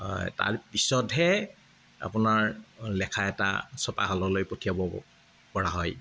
তাৰপিছতহে আপোনাৰ লেখা এটা ছপাশাললৈ পঠিয়াব পৰা হয়